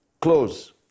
close